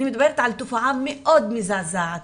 אני מדברת על תופעה מאוד מזעזעת,